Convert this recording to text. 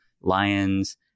lions